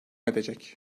edecek